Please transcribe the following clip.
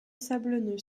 sablonneux